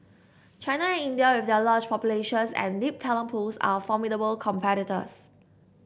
China and India with their large populations and deep talent pools are formidable competitors